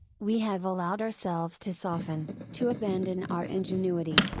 we have allowed ourselves to soften, to abandon our ingenuity,